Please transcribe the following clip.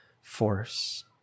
force